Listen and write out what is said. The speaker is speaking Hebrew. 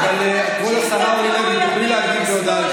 שהסתכלו ימינה ושמאלה,